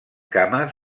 cames